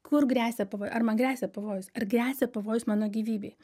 kur gresia pavojai ar man gresia pavojus ar gresia pavojus mano gyvybei